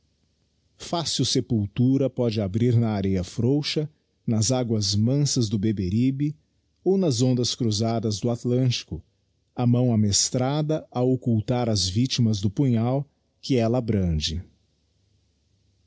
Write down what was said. fácil sepultura pode abrir na areia frouxa nas aguas mansas do beberibe ou nas ondas cruzadas do atlântico a mão amestrada a occultar as victimas do punhal que ella brande